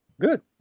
Good